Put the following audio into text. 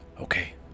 Okay